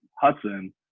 Hudson